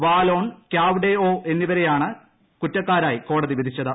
വാ Lone Kyaw Soe Oo എന്നിവരെയാണ് കുറ്റക്കാരായി കോടതി വിധിച്ചത്